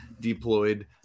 deployed